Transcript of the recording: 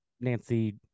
nancy